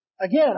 again